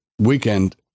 weekend